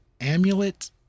amulet